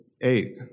eight